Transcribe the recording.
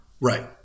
Right